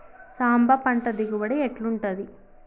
సాంబ పంట దిగుబడి ఎట్లుంటది?